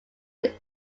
its